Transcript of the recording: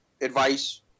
advice